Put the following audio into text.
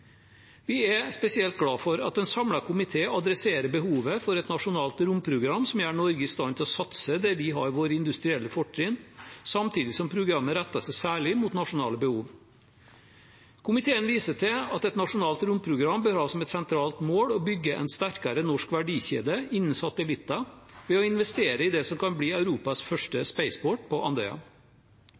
Vi er spesielt glad for at en samlet komité adresserer behovet for et nasjonalt romprogram som gjør Norge i stand til å satse der vi har våre industrielle fortrinn, samtidig som programmet retter seg særlig mot nasjonale behov. Komiteen viser til at et nasjonalt romprogram bør ha som et sentralt mål å bygge en sterkere norsk verdikjede innen satellitter ved å investere i det som kan bli Europas første spaceport på Andøya.